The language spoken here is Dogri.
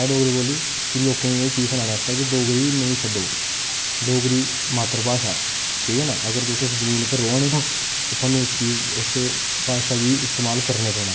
कैं डोगरी बोली कि लोकें गी एह् सनानै आस्तै कि डोगरी नेंई छड्डो डोगरी मात्तर भाशा ऐ ठीक ऐ ना अगर तुस इस जमीन पर रवा ने ना ते तुसें उस भाशा गी इस्तेमाल करने पौना